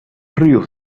ríos